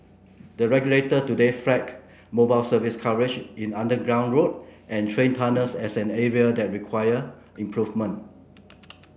the regulator today flagged mobile service coverage in underground road and train tunnels as an area that required improvement